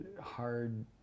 hard